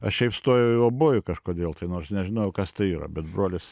aš šiaip stojau į obojų kažkodėl tai nors nežinojau kas tai yra bet brolis